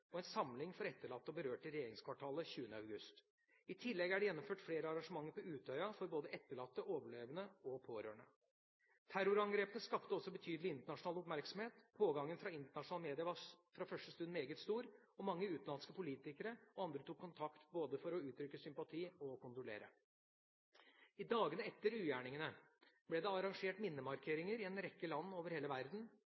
og en samling for etterlatte og berørte i regjeringskvartalet 20. august. I tillegg er det gjennomført flere arrangementer på Utøya for både etterlatte, overlevende og pårørende. Terrorangrepene skapte også betydelig internasjonal oppmerksomhet. Pågangen fra internasjonale media var fra første stund meget stor, og mange utenlandske politikere og andre tok kontakt både for å uttrykke sympati og for å kondolere. I dagene etter ugjerningene ble det arrangert